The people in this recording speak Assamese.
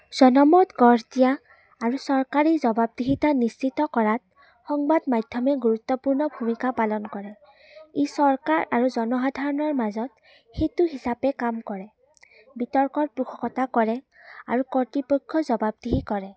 জনমত গঢ় দিয়া আৰু চৰকাৰী জবাবদিহিতা নিশ্চিত কৰাত সংবাদ মাধ্যমে গুৰুত্বপূৰ্ণ ভূমিকা পালন কৰে ই চৰকাৰ আৰু জনসাধাৰণৰ মাজত সেতু হিচাপে কাম কৰে বিতৰ্কৰ পোষকতা কৰে আৰু কৰ্তৃপক্ষ জবাবদিহি কৰে